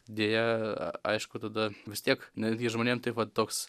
deja aišku tada vis tiek netgi žmonėm tai vat toks